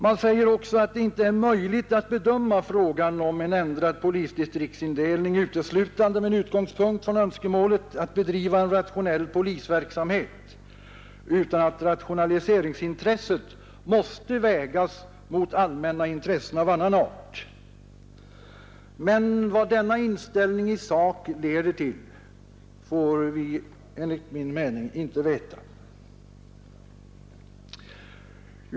Man säger också att det inte är möjligt att bedöma frågan om en ändrad polisdistriktsindelning uteslutande med utgångspunkt i önskemålet att bedriva en rationell polisverksamhet, utan att rationaliseringsintresset måste vägas mot allmänna intressen av annan art. Men vad denna inställning i sak leder till får vi enligt min mening inte veta.